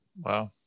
wow